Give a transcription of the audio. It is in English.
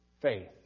Faith